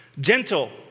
Gentle